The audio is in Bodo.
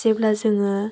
जेब्ला जोङो